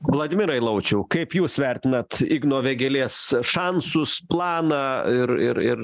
vladimirai laučiau kaip jūs vertinat igno vėgėlės šansus planą ir ir ir